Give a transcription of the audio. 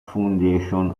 foundation